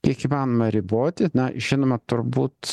kiek įmanoma riboti na žinoma turbūt